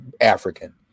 African